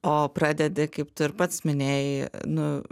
o pradedi kaip tu ir pats minėjai nu